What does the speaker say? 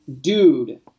dude